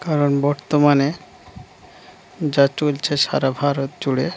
কারণ বর্তমানে যা চলছে সারা ভারত জুড়ে